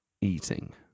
eating